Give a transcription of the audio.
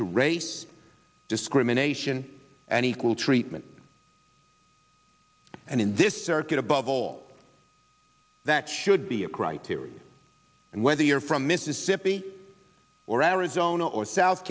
to race discrimination and equal treatment and in this circuit above all that should be a criteria and whether you're from mississippi or arizona or south